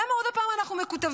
למה עוד פעם אנחנו מקוטבים?